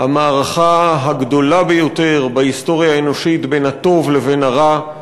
המערכה הגדולה ביותר בהיסטוריה האנושית בין הטוב לבין הרע.